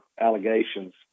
allegations